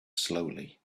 slowly